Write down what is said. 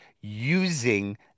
using